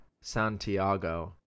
Santiago